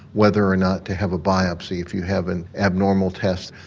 whether or not to have a biopsy if you have an abnormal test.